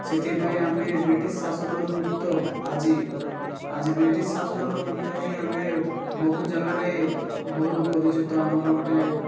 ସେଥିପାଇଁ ଆମେ ବ୍ରିଟିଶ୍ ଶାସନରୁ ମୁକ୍ତ ଆଜି ଆଜି ବ୍ରିଟିଶ୍ ଶାସନରୁ ମୁକ୍ତ ହୋଇ ଆମେ ବହୁ ଜାଗାରେ ବହୁ ପରିଚିତ ଆମର ଗୋଟେ